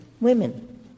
women